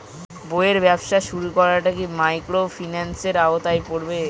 বইয়ের ব্যবসা শুরু করাটা কি মাইক্রোফিন্যান্সের আওতায় পড়বে?